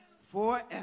forever